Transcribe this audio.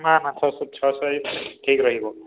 ନା ନା ଛଅଶହ ଛଅଶହ ହିଁ ଠିକ୍ ରହିବ